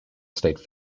state